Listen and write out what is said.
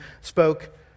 spoke